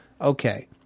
Okay